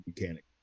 mechanic